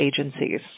agencies